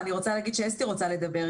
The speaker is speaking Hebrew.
אני רוצה להגיד שאסתי רוצה לדבר,